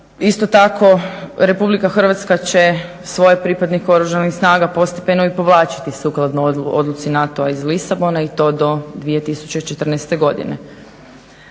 Isto tako, Republika Hrvatska će svoje pripadnike Oružanih snaga postepeno i povlačiti sukladno odluci NATO-a iz Lisabona i to do 2014. godine.